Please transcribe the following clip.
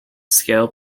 scale